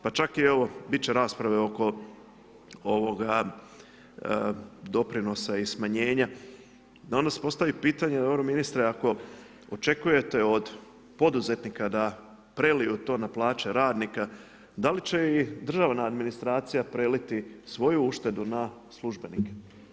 Pa čak evo bit će i rasprave oko ovoga doprinosa i smanjenja a onda se postavi pitanje, dobro ministre ako očekujete od poduzetnika da preliju to na plaće radnika, da li će i državna administracija preliti svoju uštedu na službenike?